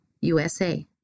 USA